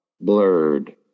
blurred